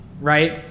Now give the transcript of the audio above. right